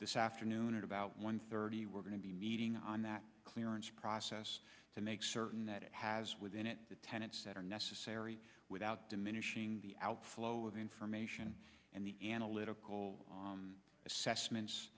this afternoon at about one thirty we're going to be meeting on that clearance process to make certain that it has within it the tenets that are necessary without diminishing the outflow of information and the analytical